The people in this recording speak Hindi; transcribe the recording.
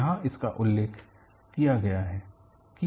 यहाँ इसका उल्लेख किया गया है